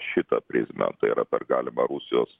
šitą prizmę tai yra per galimą rusijos